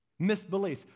misbeliefs